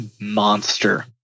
monster